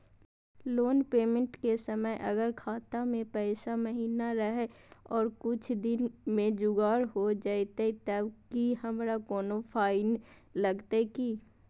Loan payment के समय अगर खाता में पैसा महिना रहै और कुछ दिन में जुगाड़ हो जयतय तब की हमारा कोनो फाइन लगतय की?